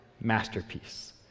masterpiece